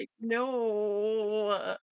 No